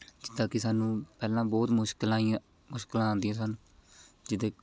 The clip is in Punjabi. ਜਿੱਦਾਂ ਕਿ ਸਾਨੂੰ ਪਹਿਲਾਂ ਬਹੁਤ ਮੁਸ਼ਕਲਾਂ ਆਈਆਂ ਮੁਸ਼ਕਲਾਂ ਆਉਂਦੀਆਂ ਸਨ ਜਿੱਦਾਂ